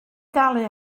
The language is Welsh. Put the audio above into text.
dalu